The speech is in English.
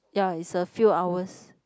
ya it's a few hours